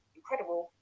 incredible